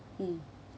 mm